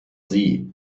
sie